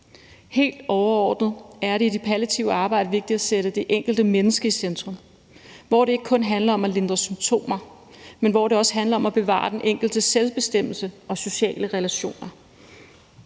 Helt overordnet er det i det palliative arbejde vigtigt at sætte det enkelte menneske i centrum, hvor det ikke kun handler om at lindre symptomer, men også om at bevare den enkeltes selvbestemmelse og sociale relationer.